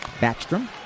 backstrom